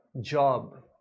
job